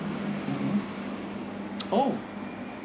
mmhmm oh